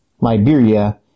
Liberia